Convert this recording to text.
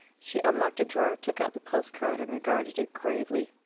she unlocked a drawer, took out the post-card, and regarded it gravely.